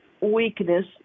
weakness